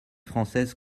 française